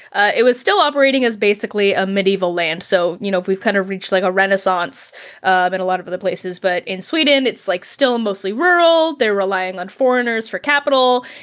it was still operating as basically a medieval land. so you know, we've kind of reached like a renaissance in a lot of other places. but in sweden, it's like still mostly rural, they're relying on foreigners for capital,